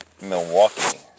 Milwaukee